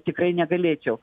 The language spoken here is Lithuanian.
tikrai negalėčiau